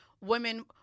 women